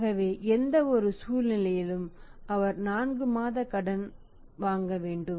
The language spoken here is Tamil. ஆகவேஎந்தவொரு சூழ்நிலையிலும் அவர் 4 மாத கடன் வாங்க வேண்டும்